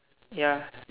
ya